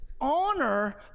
Honor